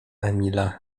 emila